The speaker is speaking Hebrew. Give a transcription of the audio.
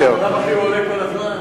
בלאו הכי הוא עולה כל הזמן.